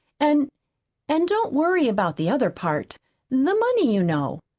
and and don't worry about the other part the money, you know,